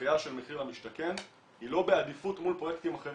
שזכייה של 'מחיר למשתכן' היא לא בעדיפות מול פרויקטים אחרים.